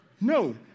No